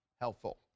helpful